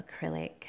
acrylic